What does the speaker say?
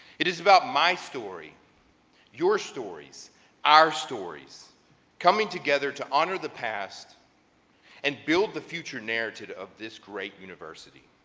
it is about my story your stories our stories coming together to honor the past and build the future narrative of this great university.